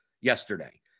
yesterday